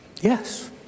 Yes